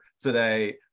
today